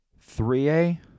3A